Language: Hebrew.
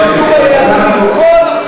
ועמדו ביעדים עם כל,